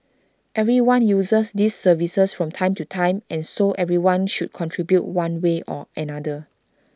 everyone uses these services from time to time and so everyone should contribute one way or another